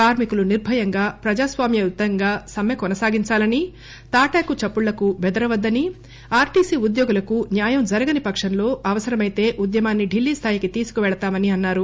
కార్మికులు నిర్భయంగా ప్రజాస్వామ్యయుతంగా సమ్మె కొనసాగించాలని తాటాకు చప్పుళ్లకు టెదరవద్దని ఆర్టీసీ ఉద్యోగులకు న్యాయం జరగని పక్షంలో అవసరమైతే ఉద్యమాన్ని ఢిల్లీ స్థాయికి తీసుకుపోతామని అన్నారు